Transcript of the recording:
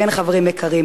כן, חברים יקרים: